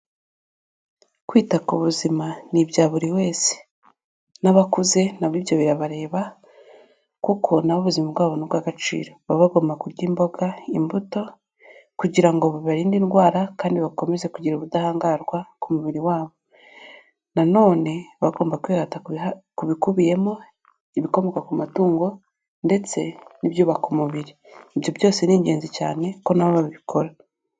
Kwita ku buzima ni ibya buri wese n'abakuze na bo ibyo birabareba kuko na bo ubuzima bwabo ni ubw'agaciro, baba bagomba kurya imboga, imbuto kugira ngo bibarinde indwara kandi bakomeze kugira ubudahangarwa ku mubiri wabo nanone bagomba kwihata kubikubiyemo ibikomoka ku matungo ndetse n'ibyubaka umubiri, ibyo byose ni ingenzi cyane ko na bo babikora.